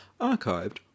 archived